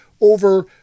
over